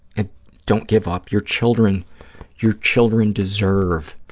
and don't give up. your children your children deserve